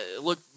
look